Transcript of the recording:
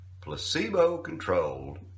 placebo-controlled